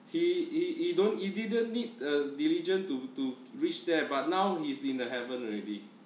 he he don't he didn't need a diligent to to reach there but now he's in the heaven already